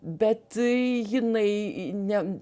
bet jinai ne